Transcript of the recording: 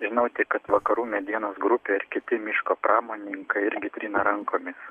žinau tik kad vakarų medienos grupė kiti miško pramonininkai irgi trina rankomis